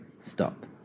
stop